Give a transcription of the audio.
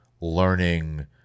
learning